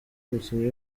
umukinnyi